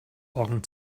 augen